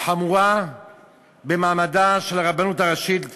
חמורה במעמדה של הרבנות הראשית לישראל.